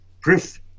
proof